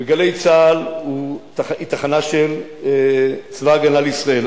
ו"גלי צה"ל" היא תחנה של צבא-הגנה לישראל.